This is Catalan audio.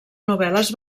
novel·les